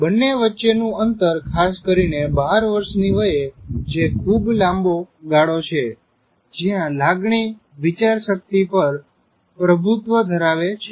બને વચ્ચેનું અંતર - ખાસ કરીને 12 વર્ષ ની વયે જે ખૂબ લાંબો ગાળો છે જ્યાં લાગણી વિચારશક્તિ પર પ્રભુત્વ ધરાવે છે